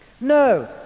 No